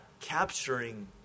capturing